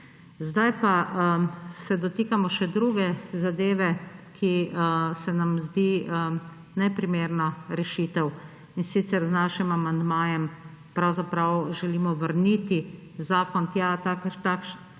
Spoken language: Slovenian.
Zdaj pa se dotikamo še druge zadeve, ki se nam zdi neprimerna rešitev, in sicer z našim amandmajem pravzaprav želimo vrniti zakon tja, kot